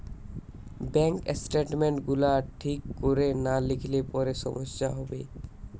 bank statement গুলা ঠিক কোরে না লিখলে পরে সমস্যা হবে